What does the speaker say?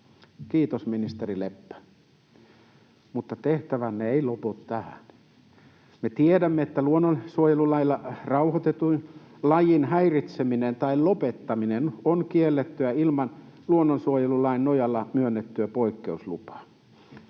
Kiitos, ministeri Leppä! Mutta tehtävänne ei lopu tähän. Me tiedämme, että luonnonsuojelulailla rauhoitetun lajin häiritseminen tai lopettaminen on kiellettyä ilman luonnonsuojelulain nojalla myönnettyä poikkeuslupaa.